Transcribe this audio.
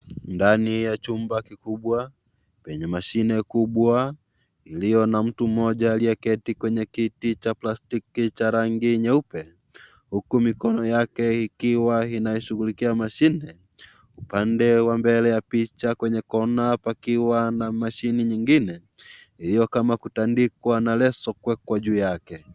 Ndani ya chumba kikubwa penye mashine kubwa iliyo na mtu mmoja aliyeketi kwenye kiti cha plastiki cha rangi nyeupe huku mikono yake ikiwa inashughulikia mashine. Upande wa mbele ya picha kwenye kona pakiwa na mashine nyingine iliyo kama kutandikwa na leso kuwekwa juu yake.